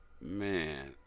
Man